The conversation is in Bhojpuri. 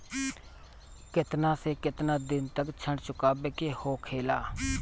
केतना से केतना दिन तक ऋण चुकावे के होखेला?